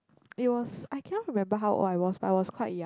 it was I cannot remember how old I was but I was quite young